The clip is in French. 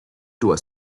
doit